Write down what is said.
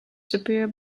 superior